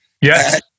Yes